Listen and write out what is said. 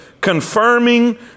confirming